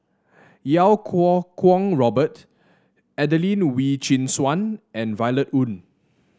Iau Kuo Kwong Robert Adelene Wee Chin Suan and Violet Oon